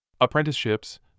apprenticeships